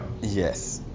yes